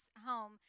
home